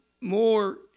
more